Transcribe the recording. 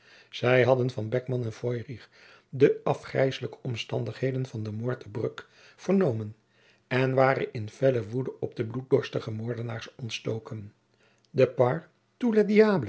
zij hadden van beckman en feurich de afgrijselijke omstandigheden van den moord te bruck vernomen en waren in felle woede op de bloeddorstige moordenaars ontstoken de